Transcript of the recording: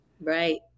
Right